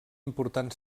important